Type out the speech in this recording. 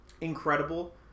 incredible